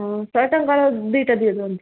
ଶହେ ଟଙ୍କାରେ ଦୁଇଟା ଦେଇଦିଅନ୍ତୁ